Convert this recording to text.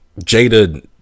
Jada